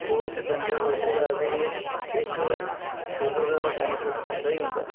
ओह् उस डगंर बच्छे दा असें गी इक दुद्धै दा ते बेनिफिट होंदा ई होंदा ऐ